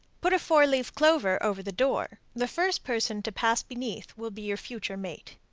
put a four-leaved clover over the door. the first person to pass beneath will be your future mate.